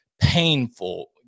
painful